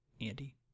Andy